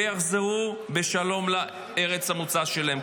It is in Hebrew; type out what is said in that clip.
והם יחזרו בשלום לארץ המוצא שלהם.